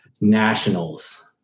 nationals